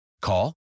Call